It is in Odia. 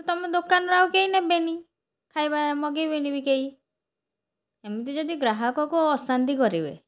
ତ ତୁମ ଦୋକାନରୁ ଆଉ କେହି ନେବେନି ଖାଇବା ମଗାଇବେନି ବି କେହି ଏମିତି ଯଦି ଗ୍ରାହକକୁ ଅଶାନ୍ତି କରିବେ